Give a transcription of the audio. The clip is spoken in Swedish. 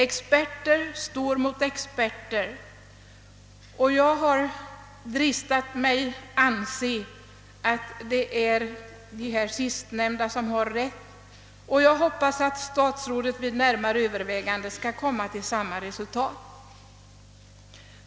Experter står mot experter, och jag har dristat mig anse att det är de experter jag senast citerade som har rätt. Jag hoppas att statsrådet vid närmare övervägande skall komma till samma resultat.